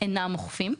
אינם אוכפים.